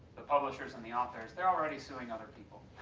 the publishers and the authors, they're already suing other people.